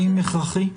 האם הכרחי?